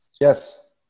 Yes